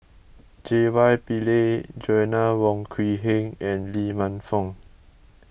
J Y Pillay Joanna Wong Quee Heng and Lee Man Fong